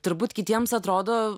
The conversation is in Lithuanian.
turbūt kitiems atrodo